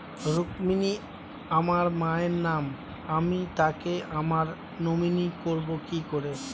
রুক্মিনী আমার মায়ের নাম আমি তাকে আমার নমিনি করবো কি করে?